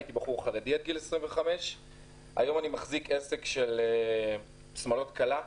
הייתי חרדי עד גיל 25. היום אני מחזיק עסק של שמלות כלה,